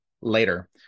later